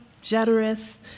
generous